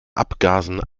abgasen